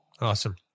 Awesome